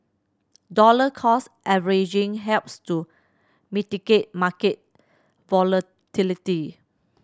dollar cost averaging helps to mitigate market volatility